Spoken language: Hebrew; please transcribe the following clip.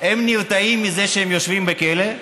נרתעים מזה שהם יושבים בכלא?